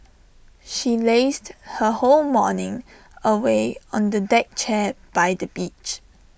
she lazed her whole morning away on the deck chair by the beach